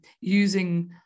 using